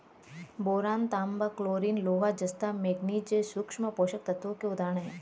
boron, तांबा, chlorine, लोहा, जस्ता, मैंगनीज सूक्ष्म पोषक तत्वों के उदाहरण हैं